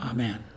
Amen